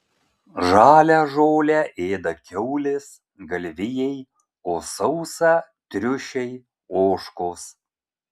žalią žolę ėda kiaulės galvijai o sausą triušiai ožkos